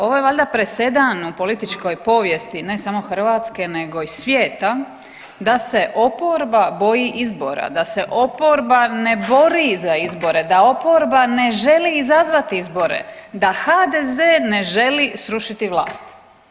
Ovo je valjda presedan u političkoj povijesti ne samo Hrvatske nego i svijeta da se oporba boji izbora, da se oporba ne bori za izbore, da oporba ne želi izazvat izbore, da HDZ ne želi srušiti vlast.